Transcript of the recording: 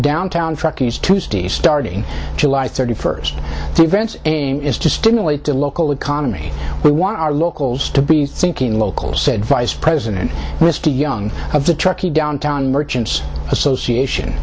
downtown truckies tuesday starting july thirty first events in is to stimulate the local economy we want our locals to be thinking locals said vice president to young of the truckie downtown merchants association